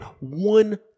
One